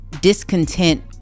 discontent